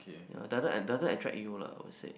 yea doesn't doesn't attract you lah I would say